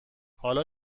حال